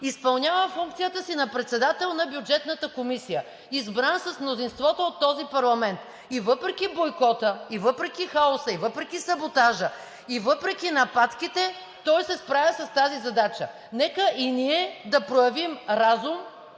изпълнява функцията на председател на Бюджетната комисия, избран с мнозинството от този парламент и въпреки бойкота и въпреки хаоса, и въпреки саботажа, и въпреки нападките, той се справя с тази задача. Нека и ние да проявим разум